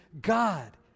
God